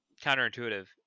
counterintuitive